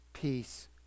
Peace